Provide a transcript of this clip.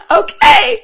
okay